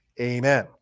Amen